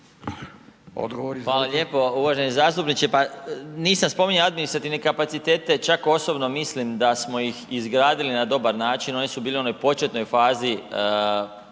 Odgovor izvolite.